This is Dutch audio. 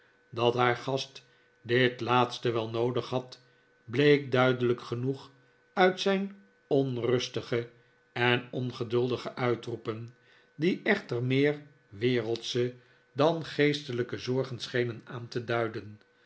dat haar gast dit laatste wel noodig had bleek duidelijk genoeg uit zijn onrustige en ongeduldige uitroepen die echter meer wereldsche dan geestelijke zorgen schenen aan te duiden